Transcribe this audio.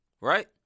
right